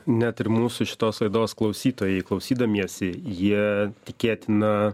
net ir mūsų šitos laidos klausytojai klausydamiesi jie tikėtina